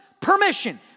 permission